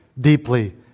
deeply